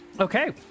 Okay